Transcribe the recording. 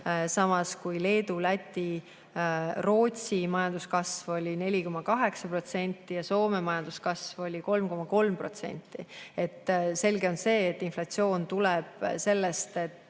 samas kui Leedu, Läti ja Rootsi majanduskasv oli 4,8% ja Soome majanduskasv oli 3,3%. Selge on see, et inflatsioon tuleb sellest, et